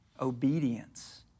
obedience